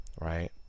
right